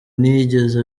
ntiyigeze